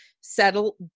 settle